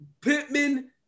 Pittman